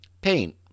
Paint